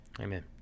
Amen